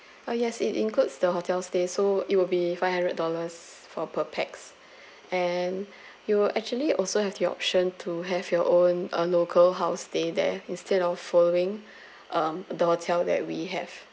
uh yes it includes the hotel stay so it will be five hundred dollars for per pax and you will actually also have the option to have your own uh local house stay there instead of following um the hotel that we have